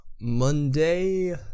Monday